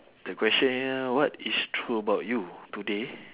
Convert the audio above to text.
the question here what is true about you today